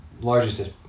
largest